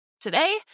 Today